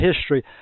history